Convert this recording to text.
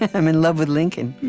i'm in love with lincoln